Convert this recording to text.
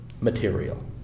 material